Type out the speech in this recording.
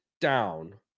down